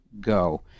go